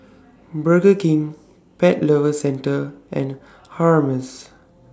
Burger King Pet Lovers Centre and Hermes